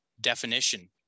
definition